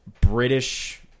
british